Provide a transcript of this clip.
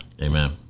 Amen